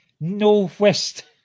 Northwest